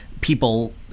people